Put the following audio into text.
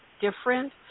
different